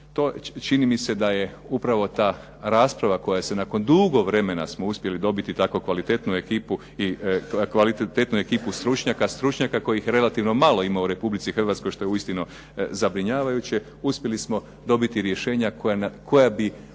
čini mi se da je upravo ta rasprava koja se nakon dugo vremena smo uspjeli dobiti tako kvalitetnu ekipu i kvalitetnu ekipu stručnjaka, stručnjaka kojih relativno malo ima u Republici Hrvatskoj, što je uistinu zabrinjavajuće, uspjeli smo dobiti rješenja koja bi